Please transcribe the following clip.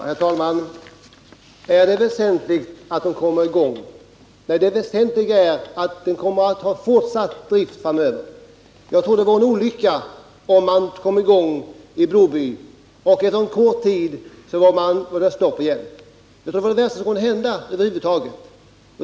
Herr talman! Är det väsentligt att företaget kommer i gång? Nej, det väsentliga är fortsatt drift framöver! Jag tror att det vore en olycka om man nu kom i gång vid Broby Industrier och sedan inom kort måste stoppa driften igen. Det vore det värsta som över huvud taget kunde hända.